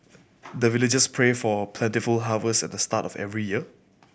the villagers pray for plentiful harvest at the start of every year